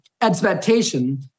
expectation